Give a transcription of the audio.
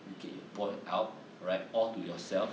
you get your point out right all to yourself